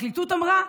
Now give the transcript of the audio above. הפרקליטות אמרה: